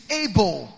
able